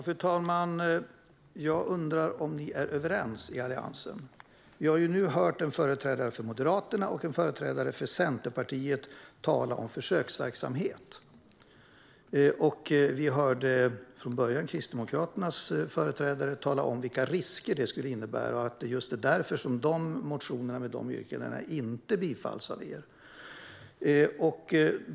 Fru talman! Jag undrar om ni är överens i Alliansen. Vi har nu hört en företrädare för Moderaterna och en företrädare för Centerpartiet tala om försöksverksamhet. Vi hörde Kristdemokraternas företrädare tala om vilka risker detta skulle innebära och att det är just därför som ni inte ställer er bakom motionerna med dessa yrkanden.